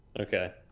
okay